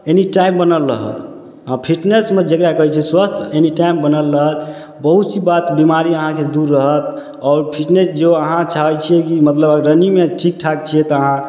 एनी time बनल रहत आ फिटनेसमे जेकरा कहै छै स्वस्थ एनी टाइम बनल रहत बहुत सी बात बीमारी अहाँके दूर रहत और फिटनेस जो अहाँ चाहै छी की मतलब रनिंग शमे ठीक ठाक छियै तऽ अहाँ